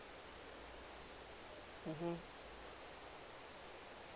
mmhmm